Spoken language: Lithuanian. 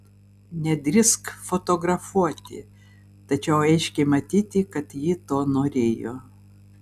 nedrįsk fotografuoti tačiau aiškiai matyti kad ji to norėjo